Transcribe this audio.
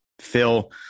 Phil